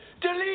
Delete